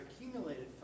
accumulated